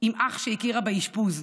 עם אח שהכירה באשפוז.